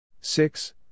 Six